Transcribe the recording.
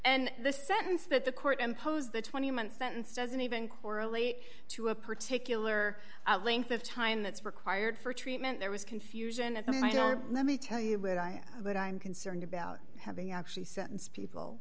and the sentence that the court imposed the twenty month sentence doesn't even correlate to a particular length of time that's required for treatment there was confusion at me let me tell you what i have but i'm concerned about having actually sentenced people